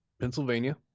Pennsylvania